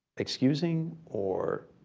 excusing or